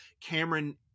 cameron